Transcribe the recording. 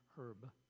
Herb